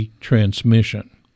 transmission